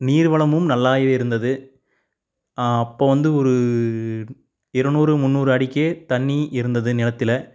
நீர்வளமும் நல்லாவே இருந்தது அப்போ வந்து ஒரு இருநூறு முந்நூறு அடிக்கே தண்ணி இருந்தது நிலத்தில்